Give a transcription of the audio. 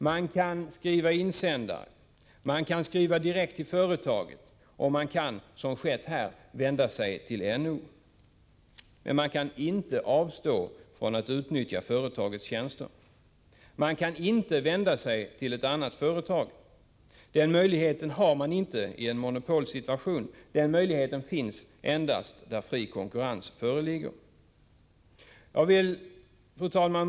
Man kan skriva insändare, man kan skriva direkt till företaget och man kan, som skett här, vända sig till NO. Men man kan inte avstå från att utnyttja företagets tjänster. Man kan inte vända sig till ett annat företag. Den möjligheten har man inte i en monopolsituation, den finns endast där fri konkurrens föreligger. Fru talman!